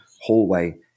hallway